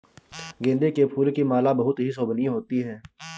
गेंदे के फूल की माला बहुत ही शोभनीय होती है